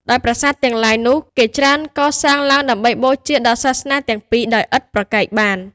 ដោយប្រាសាទទាំងឡាយនោះ គេច្រើនកសាងឡើងដើម្បីបូជាដល់ សាសនាទាំងពីរដោយឥតប្រកែកបាន។